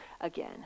again